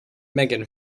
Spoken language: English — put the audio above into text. megan